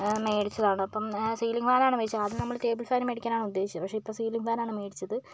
മേടിച്ചതാണ് അപ്പം ceiling fan ആണ് മേടിച്ചത് ആദ്യം നമ്മൾ ടേബിള് ഫാന് ആണ് മേടിക്കാന് ഉദ്ദേശിച്ചത് ഇപ്പം സീലിംഗ് ഫാന് ആണ് മേടിച്ചത്